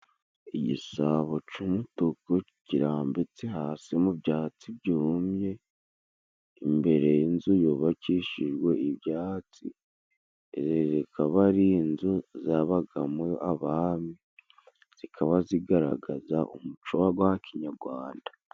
Igisabo c'umutuku kirambitse hasi mu byatsi byumye, imbere y'inzu yubakishijwe ibyatsi, ikaba ari inzu zabagamo abami, zikaba zigaragaza umuco wa gwa kinyarwanda.